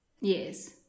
Yes